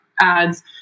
ads